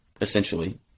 essentially